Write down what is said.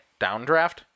downdraft